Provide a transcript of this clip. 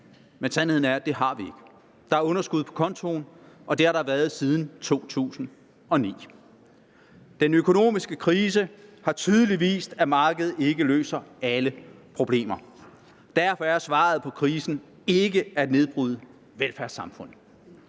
Men sandheden er, at det har vi ikke. Der er underskud på kontoen, og det har der været siden 2009. Den økonomiske krise har tydeligt vist, at markedet ikke løser alle problemer. Derfor er svaret på krisen ikke at nedbryde velfærdssamfundet.